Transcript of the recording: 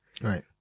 Right